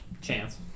Chance